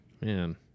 man